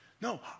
No